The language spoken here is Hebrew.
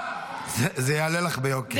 זה יעלה לך ביוקר.